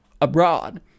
abroad